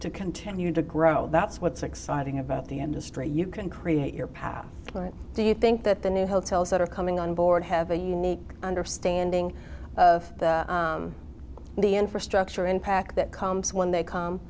to continue to grow that's what's exciting about the industry you can create your path but do you think that the new hotels that are coming on board have a unique understanding of the infrastructure impact that comes when they come